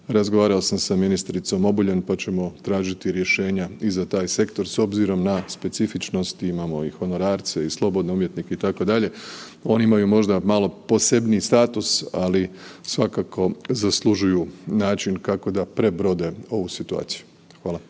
razgovarao sam sa ministricom Obuljan pa ćemo tražiti rješenja i za taj sektor s obzirom na specifičnosti imamo i honorarce i slobodne umjetnike itd., oni imaju možda malo posebniji status ali svakako zaslužuju način kako da prebrode ovu situaciju. Hvala.